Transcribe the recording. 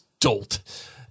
dolt